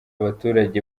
abaturage